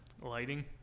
Lighting